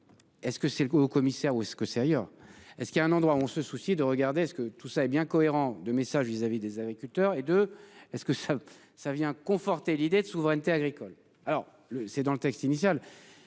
Est-ce que c'est le commissaire ou est-ce que c'est ailleurs. Et ce qui est a un endroit où on se soucie de regarder ce que tout ça est bien cohérent de message vis-à-vis des agriculteurs et de est-ce que ça va ça vient conforter l'idée de souveraineté agricole alors le c'est dans le texte initial